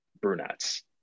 brunettes